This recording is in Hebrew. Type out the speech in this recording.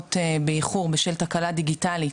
דקות באיחור בשל תקלה דיגיטלית,